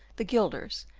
the guilders,